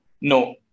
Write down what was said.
No